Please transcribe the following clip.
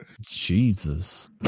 Jesus